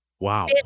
Wow